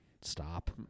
stop